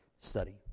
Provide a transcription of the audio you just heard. study